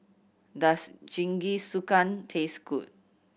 does Jingisukan taste good